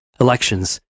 elections